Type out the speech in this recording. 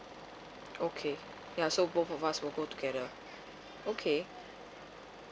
okay ya so both of us will go together okay